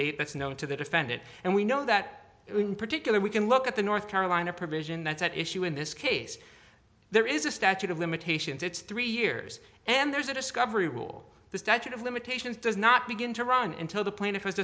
that's known to the defendant and we know that particular we can look at the north carolina provision that's at issue in this case there is a statute of limitations it's three years and there's a discovery rule the statute of limitations does not begin to run into the plaint